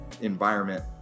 environment